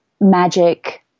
magic